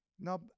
Now